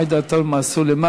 עאידה תומא סלימאן,